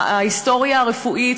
ההיסטוריה הרפואית,